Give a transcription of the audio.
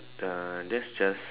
uh that's just